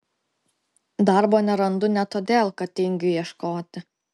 darbo nerandu ne todėl kad tingiu ieškoti